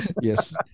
Yes